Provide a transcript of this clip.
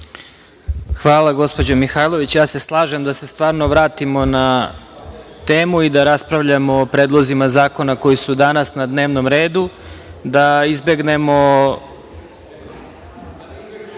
Hvala, gospođo Mihajlović. Slažem se da se stvarno vratimo na temu i da raspravljamo o predlozima zakona koji su danas na dnevnom redu, da izbegnemo…Ne